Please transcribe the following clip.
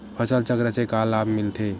फसल चक्र से का लाभ मिलथे?